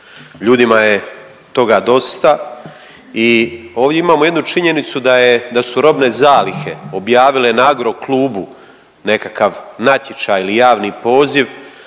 ljudima je toga dosta i ovdje imamo jednu činjenicu da je, da su robne zalihe objavile na Agroklubu nekakav natječaj ili javni poziv